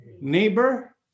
neighbor